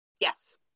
yes